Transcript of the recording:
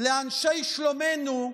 לאנשי שלומנו,